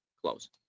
close